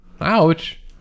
Ouch